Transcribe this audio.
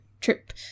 trip